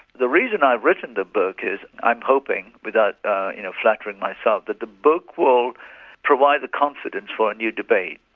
the reason i've written the book is i'm hoping without you know flattering myself, that the book will provide the confidence for a new debate.